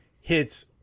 hits